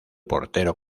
portero